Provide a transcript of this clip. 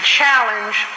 challenge